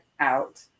out